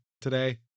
today